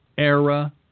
era